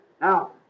Now